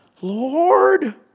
Lord